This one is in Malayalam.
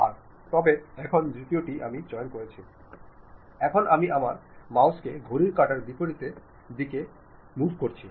ഔപചാരികമായ ആശയവിനിമയങ്ങൾ പലപ്പോഴും നിർദ്ദിഷ്ടവും ഉദ്ദേശ ശുദ്ധിയുള്ളതുമായിരിക്കും